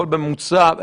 הכול בממוצע,